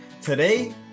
Today